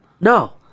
No